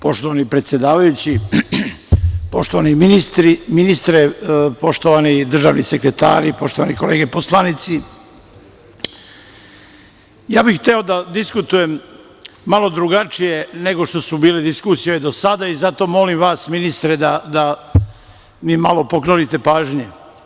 Poštovani predsedavajući, poštovani ministre, poštovani državni sekretari, poštovane kolege poslanici, ja bih hteo da diskutujem malo drugačije nego što su bile diskusije do sada i zato molim vas ministre da mi malo poklonite pažnje.